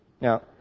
Now